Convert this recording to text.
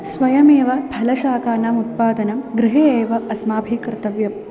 स्वयमेव फलशाकानाम् उत्पादनं गृहे एव अस्माभिः कर्तव्यम्